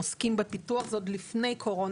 עוד לפני הקורונה.